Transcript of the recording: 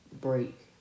break